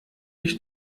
ich